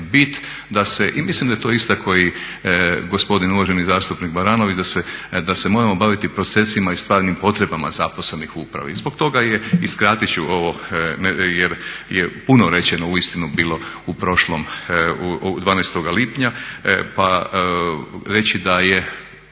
bit da se i mislim da je to istakao i gospodin uvaženi zastupnik Baranović, da se moramo baviti procesima i stvarnim potrebama zaposlenih u upravi i zbog toga je i skratit ću jer je puno rečeno uistinu bilo u prošlom, 12. lipnja pa reći da je